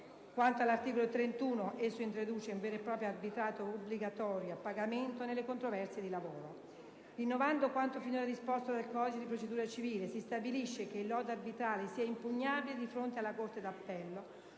Quanto all'articolo 31, esso introduce un vero e proprio arbitrato obbligatorio a pagamento nelle controversie di lavoro. Innovando quanto finora disposto dal codice di procedura civile, si stabilisce che il lodo arbitrale sia impugnabile di fronte alla corte d'appello